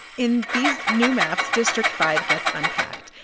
in these new maps, district five gets unpacked,